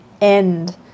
end